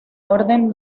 orden